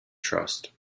trust